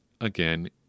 again